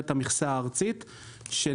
המכסה הארצית ליצרנים חדשים שייכנסו לענף,